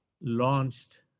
launched